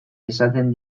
esaten